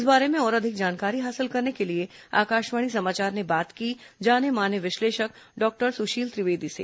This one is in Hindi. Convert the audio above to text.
इस बारे में और अधिक जानकारी हासिल करने के लिए आकाशवाणी समाचार ने बात की जाने माने विश्लेषक डॉक्टर सुशील त्रिवेदी से